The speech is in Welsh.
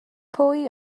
pwy